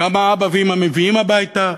כמה אבא ואימא מביאים הביתה,